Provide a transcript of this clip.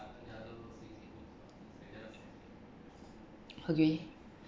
agree